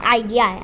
idea